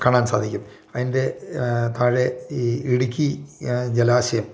കാണാൻ സാധിക്കും അതിൻ്റെ താഴെ ഈ ഇടുക്കി ജലാശയം